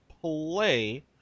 play